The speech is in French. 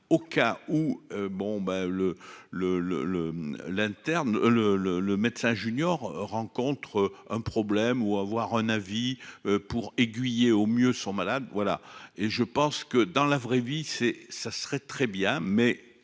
le le le médecin junior rencontre un problème ou avoir un avis pour aiguiller au mieux sont malades. Voilà et je pense que dans la vraie vie c'est ça serait très bien,